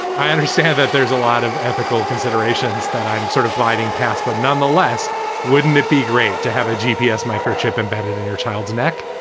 i understand that there's a lot of ethical considerations that i'm sort of gliding past. but nonetheless wouldn't it be great to have a g p s. microchip embedded in your child's neck?